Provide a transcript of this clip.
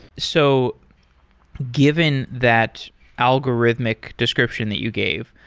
so given that algorithmic description that you gave,